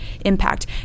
impact